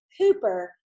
Cooper